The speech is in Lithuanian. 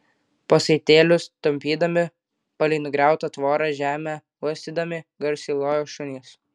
pasaitėlius tampydami palei nugriautą tvorą žemę uostydami garsiai lojo šunys